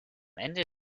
ende